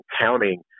counting